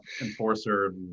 enforcer